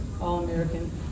All-American